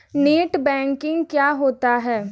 Net banking क्या होता है?